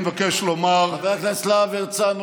חבר הכנסת להב הרצנו,